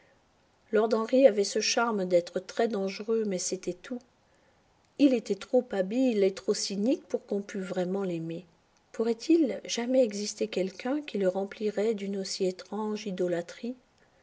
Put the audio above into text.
lord henry avait ce charme d'être très dangereux mais c'était tout il était trop habile et trop cynique pour qu'on pût vraiment l'aimer pourrait-il jamais exister quelqu'un qui le remplirait d'une aussi étrange idolâtrie